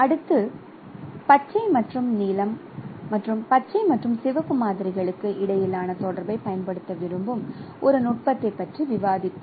அடுத்து பச்சை மற்றும் நீலம் மற்றும் பச்சை மற்றும் சிவப்பு மாதிரிகளுக்கு இடையிலான தொடர்பைப் பயன்படுத்த விரும்பும் ஒரு நுட்பத்தைப் பற்றி விவாதிப்போம்